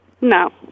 No